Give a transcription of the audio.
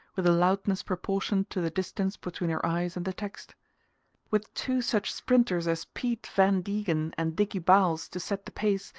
with a loudness proportioned to the distance between her eyes and the text with two such sprinters as pete van degen and dicky bowles to set the pace,